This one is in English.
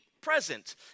present